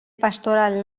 pastoral